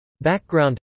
Background